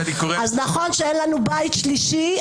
אז נכון שאין לנו בית שלישי,